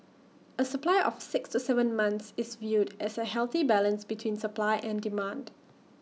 A supply of six to Seven months is viewed as A healthy balance between supply and demand